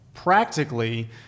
Practically